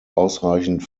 ausreichend